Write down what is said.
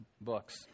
books